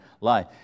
life